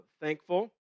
thankful